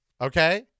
Okay